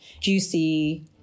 juicy